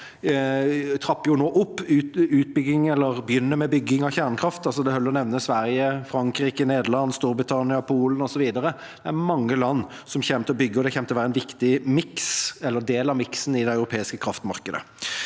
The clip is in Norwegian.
Nederland, Storbritannia, Polen, osv. Det er mange land som kommer til å bygge, og det kommer til å være en viktig del av miksen i det europeiske kraftmarkedet.